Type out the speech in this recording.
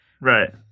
Right